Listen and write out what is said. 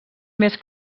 més